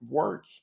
work